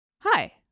Hi